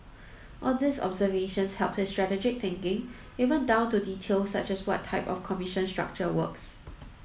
all these observations helped his strategic thinking even down to details such as what type of commission structure works